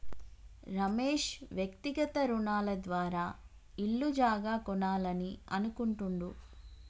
రమేష్ వ్యక్తిగత రుణాల ద్వారా ఇల్లు జాగా కొనాలని అనుకుంటుండు